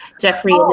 Jeffrey